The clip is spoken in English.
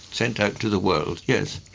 sent out to the world, yes.